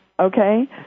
Okay